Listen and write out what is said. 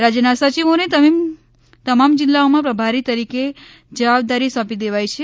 રાજ્યના સચિવોને તમામ જિલ્લાઓમાં પ્રભારી તરીકે જવાબદારી સોંપી દેવાઇ છે